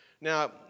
Now